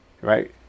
Right